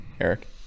Eric